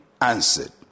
answered